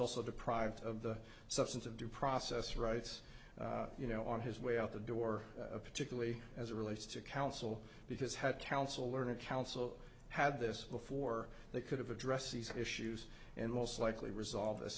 also deprived of the substance of due process rights you know on his way out the door particularly as it relates to council because had council learned counsel had this before they could have addressed these issues and most likely resolve this